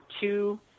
two